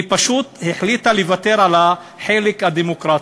היא פשוט החליטה לוותר על החלק הדמוקרטי.